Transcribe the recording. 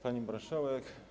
Pani Marszałek!